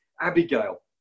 Abigail